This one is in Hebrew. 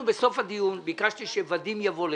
בסוף הדיון ביקשתי שוודים פרלמן יבוא לכאן.